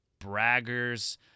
braggers